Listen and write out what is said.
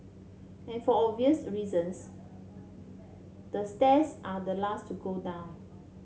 and for obvious reasons the stairs are the last to go down